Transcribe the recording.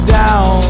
down